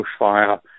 bushfire